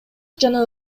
жана